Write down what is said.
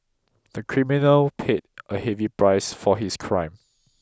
the criminal paid a heavy price for his crime